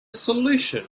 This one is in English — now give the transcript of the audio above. solution